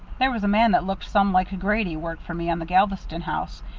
there was a man that looked some like grady worked for me on the galveston house.